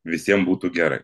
visiem būtų gerai